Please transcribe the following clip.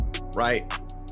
right